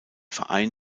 verein